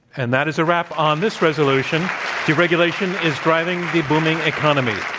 and that is a wrap on this resolution deregulation is driving the booming economy